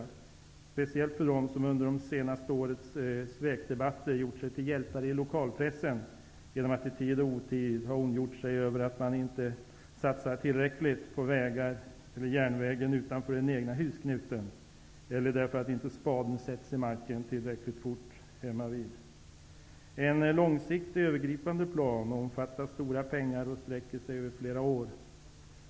Det gäller särskilt för dem som under de senaste årens svekdebatter har gjort sig till hjältar i lokalpressen genom att i tid och otid ha ondgjort sig över att det inte satsas tillräckligt på vägen eller järnvägen utanför den egna husknuten eller därför att spaden inte har satts i marken tillräckligt fort hemmavid. En långsiktig, övergripande plan omfattar stora pengar och sträcker sig över flera år.